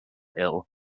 ill